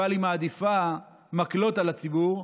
אבל היא מעדיפה מקלות על הציבור,